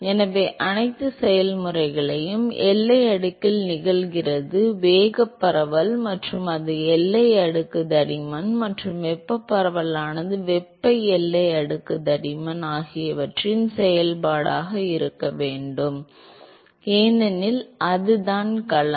எனவே அனைத்து செயல்முறைகளும் எல்லை அடுக்கில் நிகழ்கிறது வேக பரவல் மற்றும் அது எல்லை அடுக்கு தடிமன் மற்றும் வெப்ப பரவலானது வெப்ப எல்லை அடுக்கு தடிமன் ஆகியவற்றின் செயல்பாடாக இருக்க வேண்டும் ஏனெனில் அதுதான் களம்